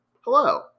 hello